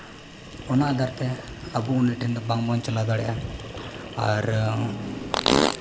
ᱚᱱᱟ ᱟᱫᱷᱟᱨ ᱛᱮ ᱟᱵᱚ ᱩᱱᱤ ᱴᱷᱮᱱ ᱵᱟᱝᱵᱚᱱ ᱪᱟᱞᱟᱣ ᱫᱟᱲᱮᱭᱟᱜᱼᱟ ᱟᱨ